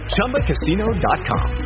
Chumbacasino.com